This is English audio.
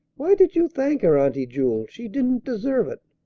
why did you thank her, auntie jewel? she didn't deserve it.